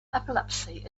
epilepsy